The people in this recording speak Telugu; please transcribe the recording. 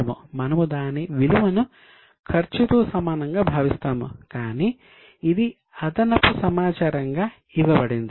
మనము దాని విలువను ఖర్చుతో సమానంగా భావిస్తాము కానీ ఇది అదనపు సమాచారంగా ఇవ్వబడింది